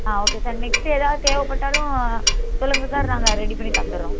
ஆ okay sir next ஏதாவது தேவைப்பட்டாலும் சொல்லுங்கள் சார் நாங்கள் ரெடி பண்ணி தந்துடுறோம்